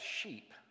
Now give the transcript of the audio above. sheep